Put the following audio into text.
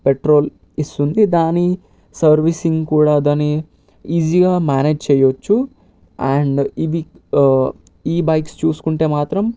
petrol ఇస్తుంది దాని servicing కూడా దాని ఈజీగా మ్యానేజ్ చేయవచ్చు అండ్ ఇది ఈ బైక్స్ చూసుకుంటే మాత్రం